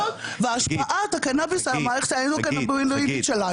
והשפעת הקנאביס על המערכת הקנבואידית שלנו.